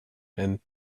and